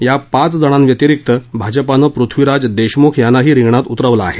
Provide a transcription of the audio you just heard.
या पाच जणांव्यतिरिक्त भाजपाने प्रथ्वीराज देशमूख यांनाही रिंगणात उतरवलं आहे